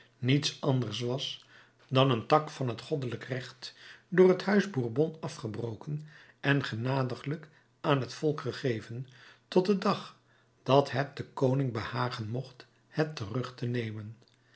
niets anders was dan een tak van het goddelijk recht door het huis bourbon afgebroken en genadiglijk aan het volk gegeven tot den dag dat het den koning behagen mocht het terug te nemen